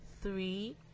three